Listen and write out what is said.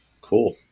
cool